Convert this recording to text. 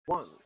One